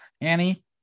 Annie